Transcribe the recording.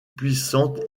puissante